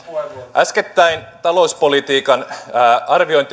äskettäin talouspolitiikan arviointineuvosto arvosteli